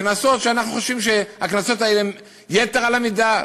קנסות שאנחנו חושבים שהם יתר על המידה,